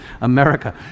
America